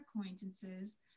acquaintances